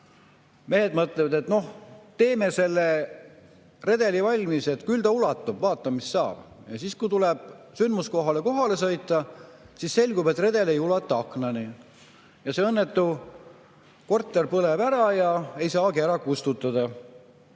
Mehed mõtlevad, et teeme selle redeli valmis, küll ta ulatub, vaatame, mis saab. Aga siis, kui tuleb sündmuskohale sõita, selgub, et redel ei ulatu aknani. See õnnetu korter põleb ära ja seda ei saagi ära kustutada.